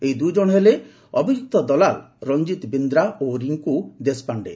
ଏହି ଦୁଇଜଣ ହେଲେ ଅଭିଯୁକ୍ତ ଦଲାଲ୍ ରଶଜିତ୍ ବିନ୍ଦ୍ରା ଓ ରିଙ୍କୁ ଦେଶ୍ପାଣ୍ଡେ